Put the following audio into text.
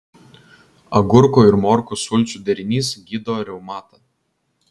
agurkų ir morkų sulčių derinys gydo reumatą